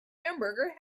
hamburger